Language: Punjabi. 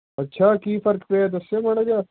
ਅੱਛਾ ਕੀ ਫਰਕ ਪਿਆ ਦੱਸਿਓ ਮਾੜਾ ਜਿਹਾ